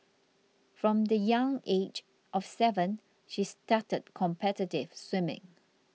from the young age of seven she started competitive swimming